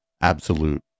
absolute